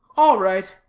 all right.